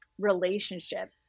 Relationship